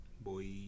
boy